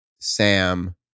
Sam